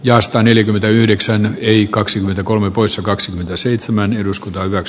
ja sataneljäkymmentäyhdeksän kaksikymmentäkolme pois kaksikymmentäseitsemän eduskunta eivät